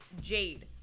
Jade